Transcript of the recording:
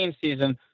season